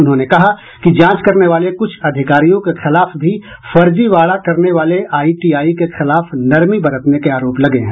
उन्होंने कहा कि जांच करने वाले कुछ अधिकारियों के खिलाफ भी फर्जीवाड़ा करने वाले आईटीआई के खिलाफ नरमी बरतने के आरोप लगे हैं